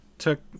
took